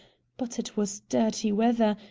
but it was dirty weather,